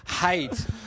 Hate